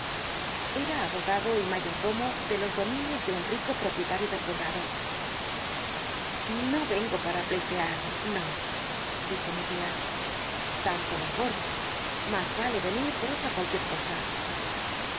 era abogado y mayordomo de los dominios de un rico lll'opiel uio del condado no rengo para pleitear no dijo mi lía l'anlo mejor mas vale venir por olra cualrluier cosa